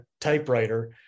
typewriter